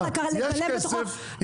יש כסף,